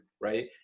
right